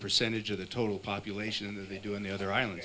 percentage of the total population than they do in the other island